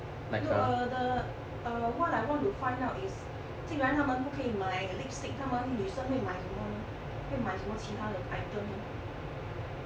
no err the err what I want to find out is 竟然她们不可以买 lipstick 她们女生会买什么呢会买什么其他的 item 呢